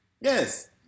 Yes